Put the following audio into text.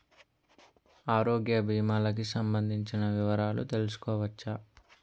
ఆరోగ్య భీమాలకి సంబందించిన వివరాలు తెలుసుకోవచ్చా?